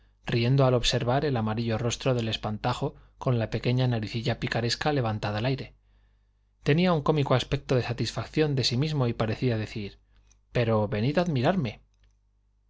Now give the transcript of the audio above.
riendo al observar el amarillo rostro del espantajo con la pequeña naricilla picaresca levantada al aire tenía un cómico aspecto de satisfacción de sí mismo y parecía decir pero venid a admirarme